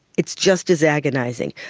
it's just as agonising,